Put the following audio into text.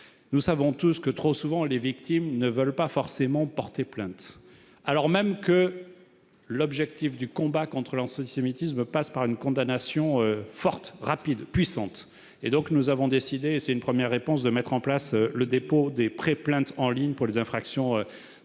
Nous savons tous que, trop souvent, les victimes ne veulent pas forcément porter plainte, alors même que l'objectif du combat contre l'antisémitisme passe par une condamnation forte, rapide, puissante. Nous avons donc décidé, et c'est une première réponse, de mettre en place le dépôt des préplaintes en ligne pour les infractions discriminantes